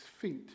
feet